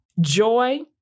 joy